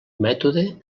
mètode